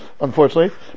unfortunately